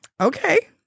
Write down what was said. Okay